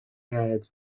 paired